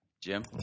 Jim